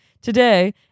Today